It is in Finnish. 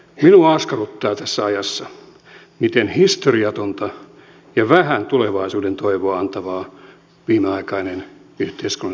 minua askarruttaa tässä ajassa miten historiatonta ja vähän tulevaisuuden toivoa antavaa viimeaikainen yhteiskunnallinen keskustelu on ollut